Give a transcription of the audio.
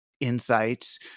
insights